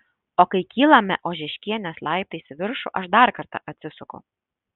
o kai kylame ožeškienės laiptais į viršų aš dar kartą atsisuku